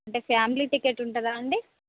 అంటే family ticket ఉంటుందా అండి